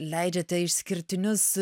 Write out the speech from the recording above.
leidžiate išskirtinius